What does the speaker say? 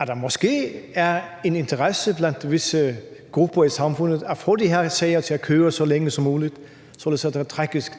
at der måske er en interesse blandt visse grupper i samfundet i at få de her sager til at køre så længe som muligt, således at